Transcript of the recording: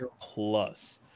Plus